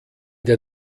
der